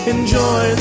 Enjoy